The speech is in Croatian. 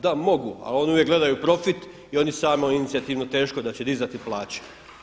Da mogu, ali oni uvijek gledaju profit i oni samoinicijativno teško da će dizati plaće.